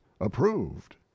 approved